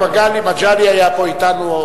גם מגלי היה פה אתנו.